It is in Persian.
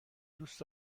دوست